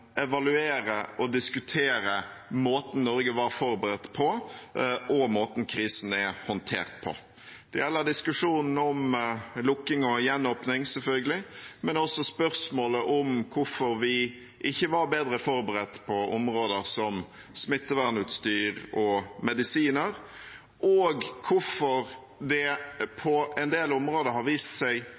evaluere og diskutere måten Norge var forberedt på, og måten krisen er håndtert på. Det gjelder diskusjonen om lukking og gjenåpning, selvfølgelig, men også spørsmålet om hvorfor vi ikke var bedre forberedt på områder som smittevernutstyr og medisiner, og hvorfor det på en del områder har vist seg